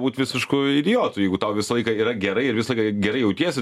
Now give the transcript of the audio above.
būt visišku idiotu jeigu tau visą laiką yra gerai ir visą laiką gerai jautiesi